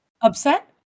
upset